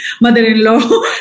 mother-in-law